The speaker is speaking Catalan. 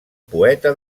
poeta